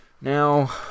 Now